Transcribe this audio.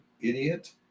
idiot